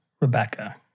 Rebecca